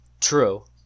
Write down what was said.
true